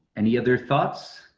any other thoughts?